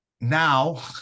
Now